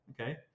okay